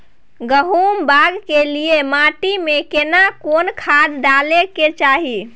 गहुम बाग के लिये माटी मे केना कोन खाद डालै के चाही?